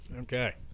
Okay